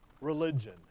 Religion